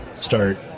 start